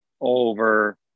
over